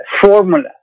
formula